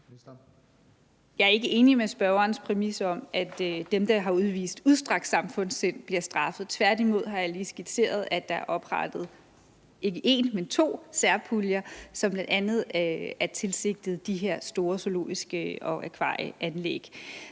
Jeg er ikke enig i spørgerens præmis om, at dem, der har udvist udstrakt samfundssind, bliver straffet. Tværtimod har jeg lige skitseret, at der er oprettet ikke en, men to særpuljer, som bl.a. er tilsigtet de her store zoologiske haver og akvarier.